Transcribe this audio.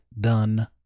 done